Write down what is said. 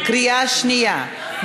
בקריאה שנייה.